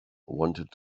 wanted